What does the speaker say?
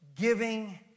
giving